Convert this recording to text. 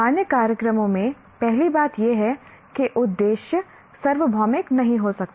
सामान्य कार्यक्रमों में पहली बात यह है कि उद्देश्य सार्वभौमिक नहीं हो सकता